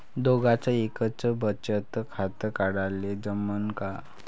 दोघाच एकच बचत खातं काढाले जमनं का?